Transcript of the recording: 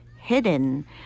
hidden